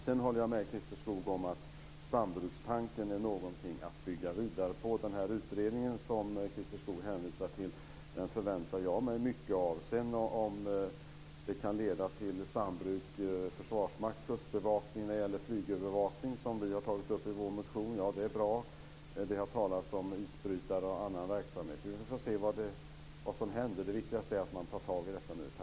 Sedan håller jag med Christer Skoog om att sambrukstanken är någonting att bygga vidare på. Den utredning som Christer Skoog hänvisar till förväntar jag mig mycket av. Om det sedan kan leda till sambruk mellan Försvarsmakten och Kustbevakningen när det gäller flygövervakning, som vi har tagit upp i vår motion, så är det bra. Det har talats om isbrytare och annan verksamhet. Vi får se vad som händer. Det viktigaste är att man tar tag i detta nu.